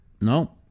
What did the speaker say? No